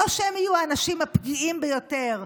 לא שהם יהיו האנשים הפגיעים ביותר,